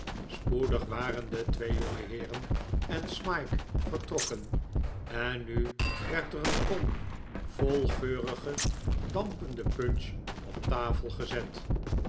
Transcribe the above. spoedig waren de twee jongeheeren en smike vertrokken en nu werd er een kom vol geurige dampende punch op tafel gezet